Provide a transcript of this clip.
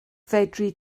fedri